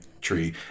tree